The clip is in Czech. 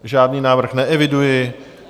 Žádný návrh neeviduji.